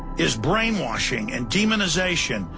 is brainwashing and demonization.